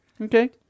Okay